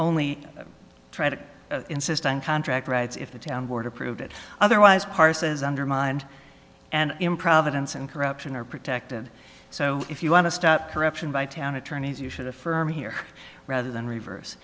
only try to insist on contract rights if the town board approved it otherwise parses undermined and improvidence and corruption are protected so if you want to stop corruption by town attorneys you should affirm here rather than reverse